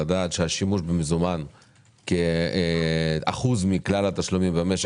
לדעת שהשימוש במזומן כאחוז מכלל התשלומים במשק ירד.